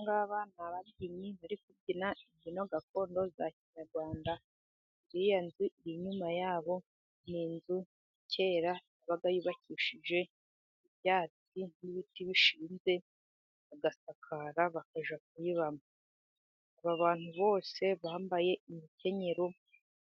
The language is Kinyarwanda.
Aba ngaba ni ababyinnyi bari kubyina imbyino gakondo za kinyarwanda, iriya nzu y'inyuma yabo ni inzu ya kera yabaga yubakishije ibyatsi n'ibiti bishinze, bagasakara, bakajya kuyibamo. Aba bantu bose bambaye imikenyero